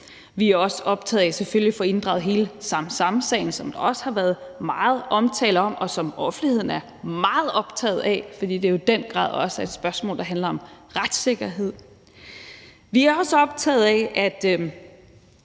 også optaget af at få inddraget hele Samsamsagen, som der også har været meget omtale af, og som offentligheden er meget optaget af, fordi det jo i den grad også er et spørgsmål, der handler om retssikkerhed. Vi er også optaget af, at